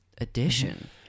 edition